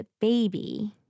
baby